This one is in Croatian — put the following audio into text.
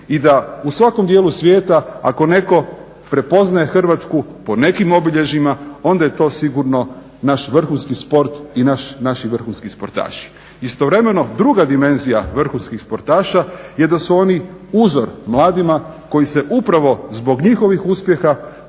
i da u svakom dijelu svijeta ako neko prepoznaje Hrvatsku po nekim obilježjima onda je to sigurno naš vrhunski sport i naši vrhunski sportaši. Istovremeno druga dimenzija vrhunskih sportaša je da su oni uzor mladima koji se upravo zbog njihovih uspjeha